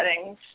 settings